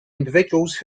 individuals